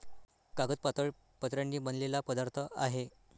कागद पातळ पत्र्यांनी बनलेला पदार्थ आहे